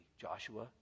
Joshua